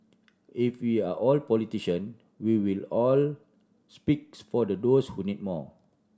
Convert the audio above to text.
if we are all politician we will all speaks for the those who need more